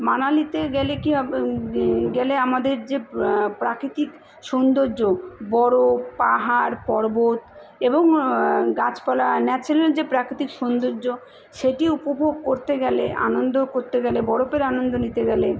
মানালিতে গেলে কী হবে গেলে আমাদের যে প্রাকৃতিক সৌন্দর্য বরফ পাহাড় পর্বত এবং গাছপালা ন্যাচারাল যে প্রাকৃতিক সৌন্দর্য সেটি উপভোগ করতে গেলে আনন্দ করতে গেলে বরফের আনন্দ নিতে গেলে